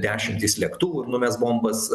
dešimtys lėktuvų ir numes bombas